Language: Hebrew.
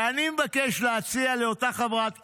ואני מבקש להציע לאותה חברת כנסת,